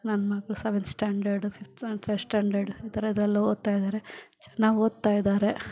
ನನ್ನ ಮಕ್ಕಳು seventh standard fifth standard ಈ ಥರದೆಲ್ಲ ಓದ್ತಾಯಿದ್ದಾರೆ ಚೆನ್ನಾಗ್ ಓದ್ತಾಯಿದ್ದಾರೆ